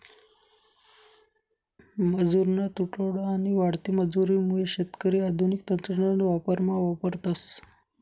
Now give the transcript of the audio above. मजुरना तुटवडा आणि वाढती मजुरी मुये शेतकरी आधुनिक तंत्रज्ञान वावरमा वापरतस